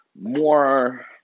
more